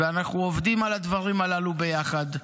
אנחנו עובדים על הדברים הללו ביחד,